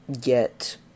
get